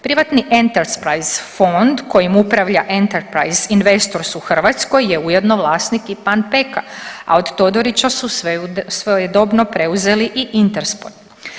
Privatni Enterprise fond kojim upravlja Enterprise Investors u Hrvatskoj je ujedno vlasnik i Pan-peka, a od Todorića su svojedobno preuzeli i Intersport.